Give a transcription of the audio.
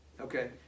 Okay